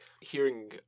hearing